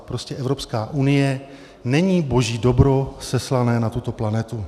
Prostě Evropská unie není boží dobro seslané na tuto planetu.